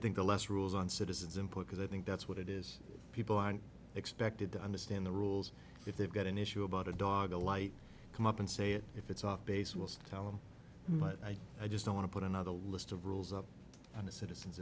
think the less rules on citizens input because i think that's what it is people are expected to understand the rules if they've got an issue about a dog a light come up and say it if it's off base was telling but i i just don't want to put another list of rules up on a citizen